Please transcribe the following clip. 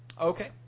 Okay